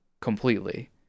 completely